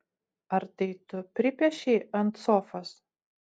ar tai tu pripiešei ant sofos